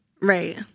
Right